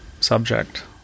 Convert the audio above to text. subject